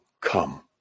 come